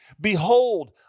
Behold